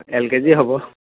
L K G হ'ব